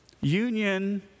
Union